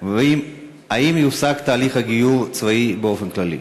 3. האם יופסק תהליך הגיור הצבאי באופן כללי?